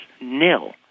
nil